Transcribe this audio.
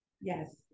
Yes